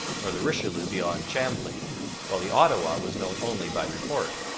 nor the richelieu beyond chambly while the ottawa was known only by report.